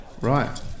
Right